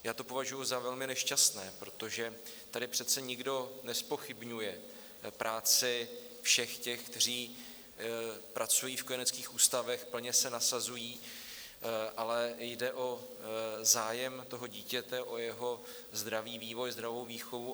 Já to považuji za velmi nešťastné, protože tady přece nikdo nezpochybňuje práci všech těch, kteří pracují v kojeneckých ústavech, plně se nasazují, ale jde o zájem toho dítěte, o jeho zdravý vývoj, zdravou výchovu.